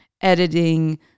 editing